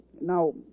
Now